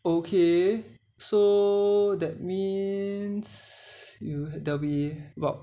okay so that means you there will be about